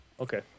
okay